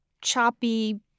choppy